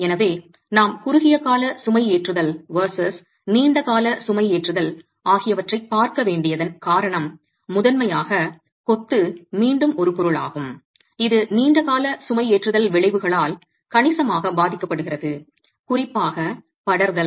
எனவே நாம் குறுகிய கால சுமைஏற்றுதல் வெர்சஸ் நீண்ட கால சுமைஏற்றுதல் ஆகியவற்றைப் பார்க்க வேண்டியதன் காரணம் முதன்மையாக கொத்து மீண்டும் ஒரு பொருளாகும் இது நீண்ட கால சுமைஏற்றுதல் விளைவுகளால் கணிசமாக பாதிக்கப்படுகிறது குறிப்பாக படர்தல்